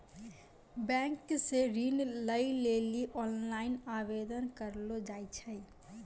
bank से ऋण लै लेली ओनलाइन आवेदन करलो जाय छै